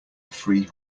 free